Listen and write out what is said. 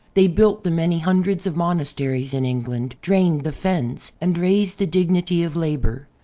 they built the many hundreds of monasteries in england, drained the fens and raised the dignity of labor.